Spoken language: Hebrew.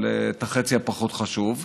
אבל את החצי הפחות-חשוב.